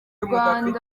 rwanda